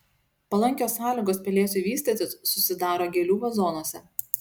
palankios sąlygos pelėsiui vystytis susidaro gėlių vazonuose